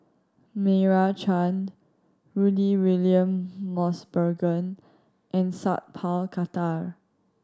Meira Chand Rudy William Mosbergen and Sat Pal Khattar